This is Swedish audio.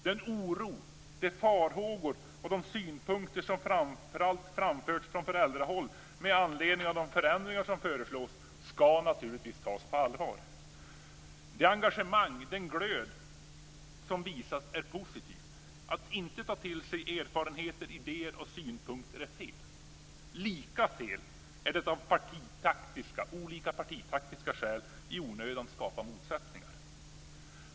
Den oro, de farhågor och de synpunkter som framför allt har framförts från föräldrahåll med anledning av de förändringar som föreslås ska naturligtvis tas på allvar. Det engagemang, den glöd, som visas är positivt. Att inte ta till sig erfarenheter, idéer och synpunkter är fel. Lika fel är det att av olika partitaktiska skäl i onödan skapa motsättningar.